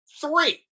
Three